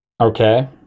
Okay